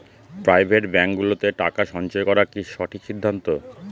Private ব্যাঙ্কগুলোতে টাকা সঞ্চয় করা কি সঠিক সিদ্ধান্ত?